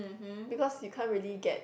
because you can't really get